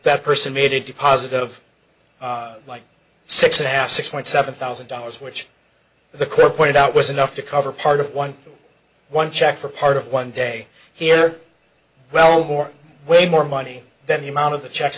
that person made a deposit of like six and a half six point seven thousand dollars which the court pointed out was enough to cover part of one one check for part of one day here well more way more money than the amount of the checks